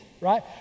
right